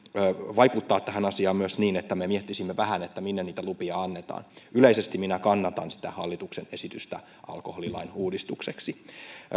vaikuttaa tähän asiaan myös niin että me miettisimme vähän minne niitä lupia annetaan yleisesti minä kannatan hallituksen esitystä alkoholilain uudistukseksi